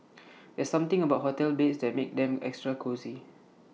there's something about hotel beds that makes them extra cosy